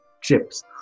chips